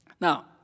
Now